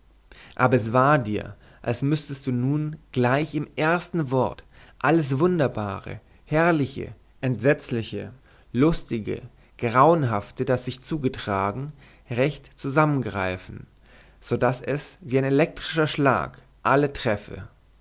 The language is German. aber es war dir als müßtest du nun gleich im ersten wort alles wunderbare herrliche entsetzliche lustige grauenhafte das sich zugetragen recht zusammengreifen so daß es wie ein elektrischer schlag alle treffe